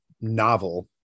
novel